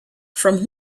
from